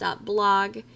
blog